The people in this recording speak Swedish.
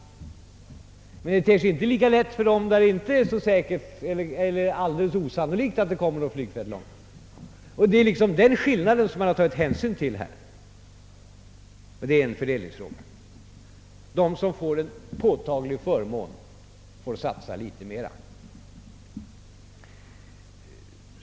Men det ter sig inte lika lätt för dem som bor på en plats, dit det inte är så säkert eller kanske alldeles osannolikt att ett flygfält någonsin kommer. Det är denna skillnad man här har tagit hänsyn till, och det hela är en fördelningsfråga. De som får en påtaglig förmån får satsa litet mera.